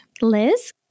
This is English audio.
Liz